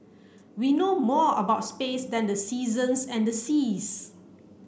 we know more about space than the seasons and the seas